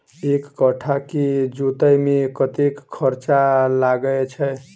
एक कट्ठा केँ जोतय मे कतेक खर्चा लागै छै?